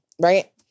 right